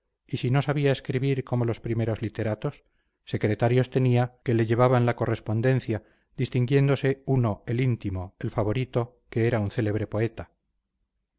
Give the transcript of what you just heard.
y si no sabía escribir como los primeros literatos secretarios tenía que le llevaban la correspondencia distinguiéndose uno el íntimo el favorito que era un célebre poeta